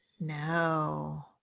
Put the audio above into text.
No